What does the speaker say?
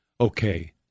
okay